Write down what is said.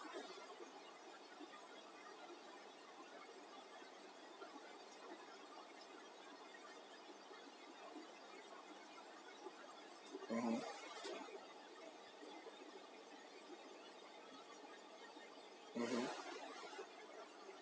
mm